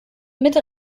mit